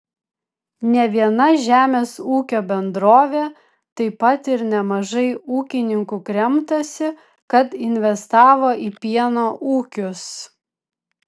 ne viena žemės ūkio bendrovė taip pat ir nemažai ūkininkų kremtasi kad investavo į pieno ūkius